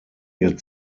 ihr